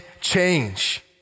change